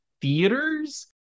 theaters